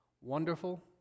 Wonderful